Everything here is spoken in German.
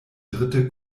dritte